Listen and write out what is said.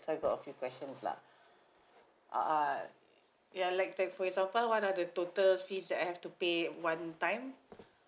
so I got a few questions lah err ya like for example what are the total fees that I have to pay one time